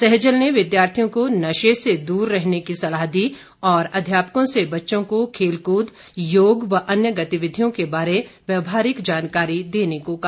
सहजल ने विद्यार्थियों को नशे से दूर रहने की सलीह दी और अध्यापकों से बच्चों को खेलकृद योग व अन्य गतिविधियों के बारे व्यावहारिक जानकारी देने को कहा